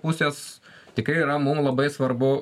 pusės tikrai yra mum labai svarbu